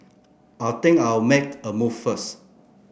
I think I'll make a move first